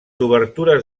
obertures